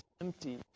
empty